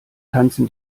tanzen